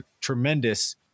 tremendous